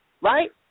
right